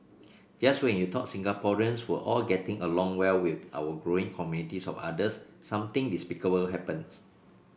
just when you thought Singaporeans were all getting along well with our growing communities of otters something despicable happens